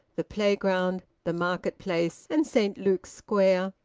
the playground, the market-place, and saint luke's square,